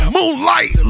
Moonlight